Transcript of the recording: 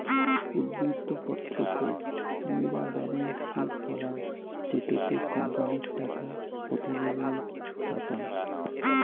উদ্ধৃত্ত পত্র কে মুইরা বেলেন্স শিট বলাঙ্গ জেটোতে কোম্পানির টাকা প্রতিবেদন থাকাং